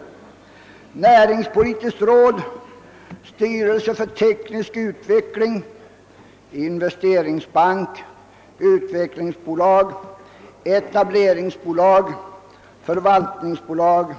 Det har varit fråga om ett näringspolitiskt råd, styrelse för teknisk utveckling, investeringsbank, utvecklingsbolag, etableringsbolag, förvaltningsbolag,